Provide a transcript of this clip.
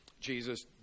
Jesus